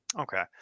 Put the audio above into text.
Okay